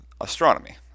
astronomy